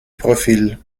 profil